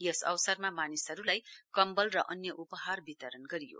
यस अवसरमा मानिसहरूलाई कम्बल र अन्य उपहार वितरण गरियो